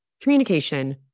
communication